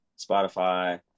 Spotify